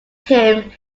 him